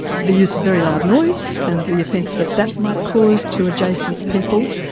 the use of very loud noise and the offence that that may cause to adjacent people,